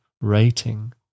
rating